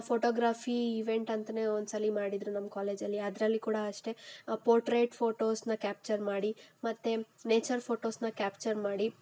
photography event ಅಂತಾನೇ ಒಂದ್ಸಲ ಮಾಡಿದ್ದರು ನಮ್ಮ ಕಾಲೇಜಲ್ಲಿ ಅದರಲ್ಲಿ ಕೂಡ ಅಷ್ಟೇ ಪೋಟ್ರೇಟ್ ಫೋಟೋಸನ್ನ ಕ್ಯಾಪ್ಚರ್ ಮಾಡಿ ಮತ್ತು ನೇಚರ್ ಫೋಟೋಸನ್ನ ಕ್ಯಾಪ್ಚರ್ ಮಾಡಿ